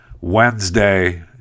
Wednesday